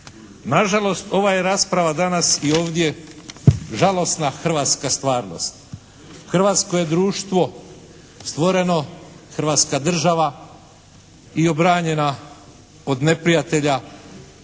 Nažalost ova je rasprava danas i ovdje žalosna hrvatska stvarnost. Hrvatsko je društvo stvoreno, Hrvatska država i obranjena od neprijatelja